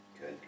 Good